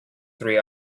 three